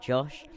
Josh